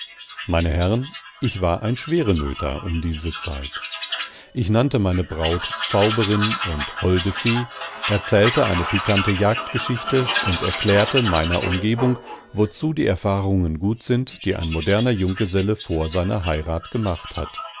meine herren ich war ein schwerenöter um diese zeit ich nannte meine braut zauberin und holde fee erzählte eine pikante jagdgeschichte und erklärte meiner umgebung wozu die erfahrungen gut sind die ein moderner junggeselle vor seiner heirat gemacht hat